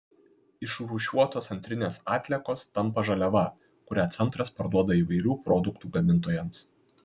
išrūšiuotos antrinės atliekos tampa žaliava kurią centras parduoda įvairių produktų gamintojams